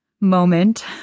moment